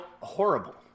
horrible